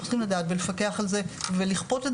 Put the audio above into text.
צריכים לדעת ולפקח על זה ולכפות את